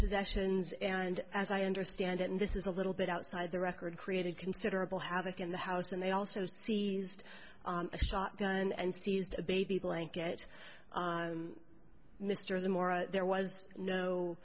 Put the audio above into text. possessions and as i understand it and this is a little bit outside the record created considerable havoc in the house and they also seized a shotgun and seized a baby blanket mr the more a there